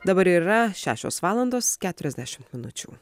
dabar yra šešios valandos keturiasdešimt minučių